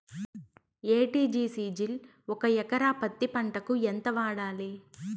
ఎ.టి.జి.సి జిల్ ఒక ఎకరా పత్తి పంటకు ఎంత వాడాలి?